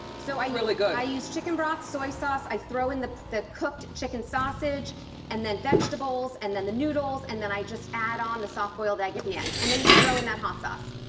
so really good. i use chicken broth, soy sauce, i throw in the the cooked chicken sausage and then vegetables and then the noodles. and then i just add on the soft boiled egg at the end. and then you can throw in that hot sauce.